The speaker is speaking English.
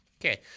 Okay